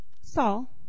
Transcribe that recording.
Saul